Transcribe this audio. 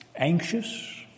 Anxious